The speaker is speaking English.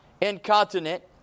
incontinent